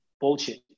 bullshit